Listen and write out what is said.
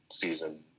season